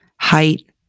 height